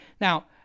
Now